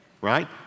right